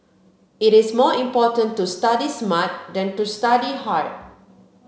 it is more important to study smart than to study hard